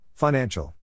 Financial